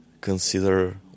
consider